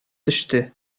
төште